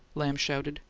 lamb shouted.